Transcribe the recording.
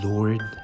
Lord